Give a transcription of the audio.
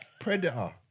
predator